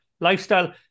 Lifestyle